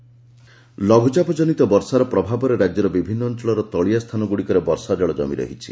ବନ୍ନା ଲଘ୍ରଚାପଜନିତ ବର୍ଷାର ପ୍ରଭାବରେ ରାକ୍ୟର ବିଭିନ୍ନ ଅଞ୍ଞଳର ତଳିଆ ସ୍ତାନଗୁଡ଼ିକରେ ବର୍ଷାଜଳ ଜମି ରହିଛି